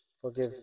forgive